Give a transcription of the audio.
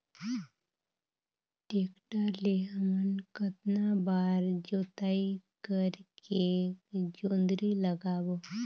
Tractor ले हमन कतना बार जोताई करेके जोंदरी लगाबो?